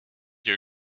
your